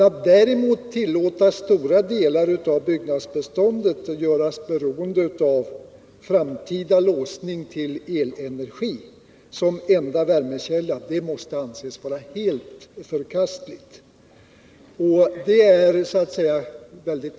Att däremot tillåta att stora delar av byggnadsbeståndet görs beroende av en framtida låsning till elenergi som enda värmekälla måste anses vara helt förkastligt.